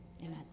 Amen